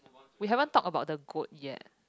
we haven't talked about the goat yet